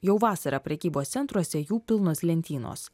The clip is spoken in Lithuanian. jau vasarą prekybos centruose jų pilnos lentynos